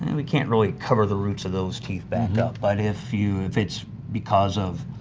and we can't really cover the roots of those teeth back up but if you if it's because of,